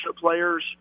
players